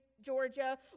Georgia